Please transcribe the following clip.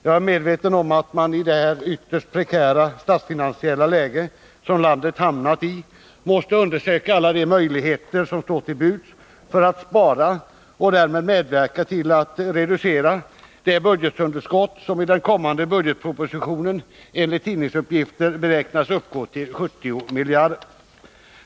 Jag är medveten om att man i det ytterst prekära statsfinansiella läge som landet hamnat i måste undersöka alla de möjligheter som står till buds för att spara och därmed medverka till att reducera det budgetunderskott som i den kommande budgetpropositionen enligt tidningsuppgifter beräknas uppgå till 70 miljarder kronor.